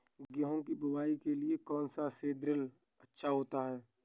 गेहूँ की बुवाई के लिए कौन सा सीद्रिल अच्छा होता है?